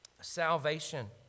salvation